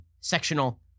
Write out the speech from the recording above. Sectional